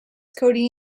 cody